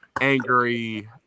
angry